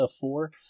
four